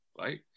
right